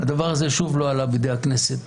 והדבר הזה שוב לא עלה בידי הכנסת.